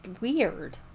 weird